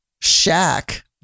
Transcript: shack